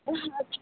ओह अच्छा